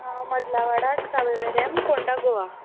Madla Wada Savoiverem Ponda Goa